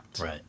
Right